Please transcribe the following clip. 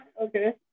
Okay